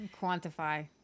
Quantify